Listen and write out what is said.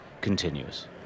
continuous